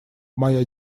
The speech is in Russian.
моя